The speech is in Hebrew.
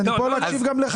אני כאן גם כדי להקשיב לך.